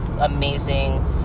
amazing